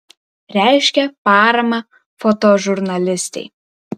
reiškė paramą fotožurnalistei